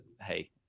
hey